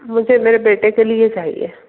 मुझे मेरे बेटे के लिए चाहिए